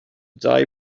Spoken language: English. die